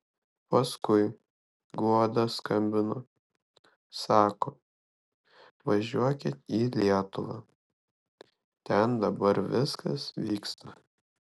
paskui guoda skambino sako važiuokit į lietuvą ten dabar viskas vyksta